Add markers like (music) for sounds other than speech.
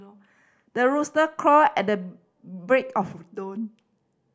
the rooster crow at the break of (unintelligible)